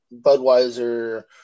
Budweiser